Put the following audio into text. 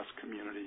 community